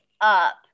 up